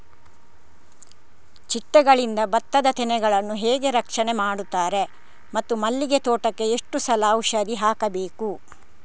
ಚಿಟ್ಟೆಗಳಿಂದ ಭತ್ತದ ತೆನೆಗಳನ್ನು ಹೇಗೆ ರಕ್ಷಣೆ ಮಾಡುತ್ತಾರೆ ಮತ್ತು ಮಲ್ಲಿಗೆ ತೋಟಕ್ಕೆ ಎಷ್ಟು ಸಲ ಔಷಧಿ ಹಾಕಬೇಕು?